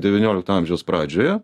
devyniolikto amžiaus pradžioje